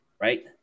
right